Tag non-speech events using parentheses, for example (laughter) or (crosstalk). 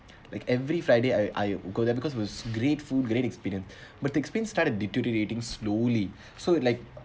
like every friday I I go there because was grateful great experience (breath) but they has been start to take things slowly so it like